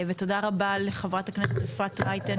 ותודה רבה לחברת רייטן,